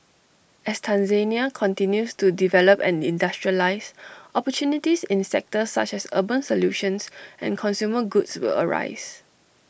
as Tanzania continues to develop and industrialise opportunities in sectors such as urban solutions and consumer goods will arise